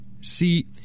See